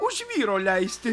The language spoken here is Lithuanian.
už vyro leisti